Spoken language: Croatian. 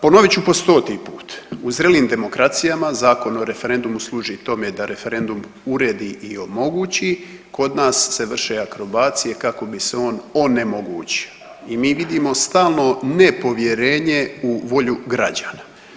Ponovit ću po stoti put, u zrelim demokracijama Zakon o referendumu služi tome da referendum uredi i omogući, kod nas se vrše akrobacije kako bi se on onemogućio i mi vidimo stalno nepovjerenje u volju građana.